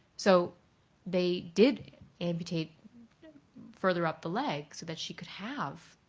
so they did amputate further up the leg so that she could have